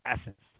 essence